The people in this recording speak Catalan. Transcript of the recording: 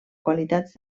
qualitats